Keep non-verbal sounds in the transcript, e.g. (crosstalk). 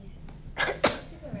(coughs)